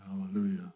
Hallelujah